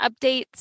updates